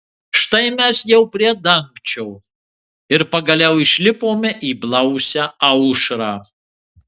štai mes jau prie dangčio ir pagaliau išlipome į blausią aušrą